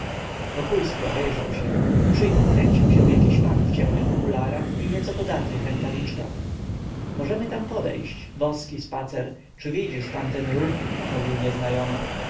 wokulski obejrzał się przy nim kręcił się jakiś pan w ciemnych okularach i nieco podartych rękawiczkach możemy tam podejść boski spacer czy widzisz pan ten ruch mówił nieznajomy